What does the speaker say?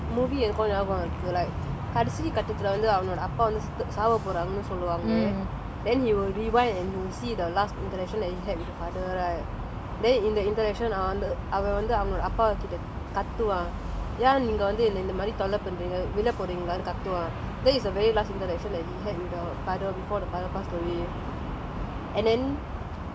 அந்த அந்த:antha antha movie எனக்கும் ஞாபகம் இருக்கு:enakkum njaapakam irukku like கடைசி கட்டத்துல வந்து அவனோட அப்பா வந்து சாவ போறாங்கனு சொல்லுவாங்க:kadaisi kattathula vanthu avanoda appa vanthu saava poranganu solluvanga then he will rewind and you will see the last interaction he had with the mother right then in the interaction அவன் வந்து அவனோட அப்பா கிட்ட கத்துவான் ஏன் நீங்க வந்து என்ன இந்த மாறி தொல்ல பண்றீங்க விளப்போரிங்கலானு கத்துவான்:avan vanthu avanoda appa kitta kathuvaan ean neenga vanthu enna intha maari tholla panreenga vilapporingalanu kathuvaan that is the very last interaction that he had with the mother before the mother passed away